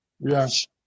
Yes